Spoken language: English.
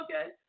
okay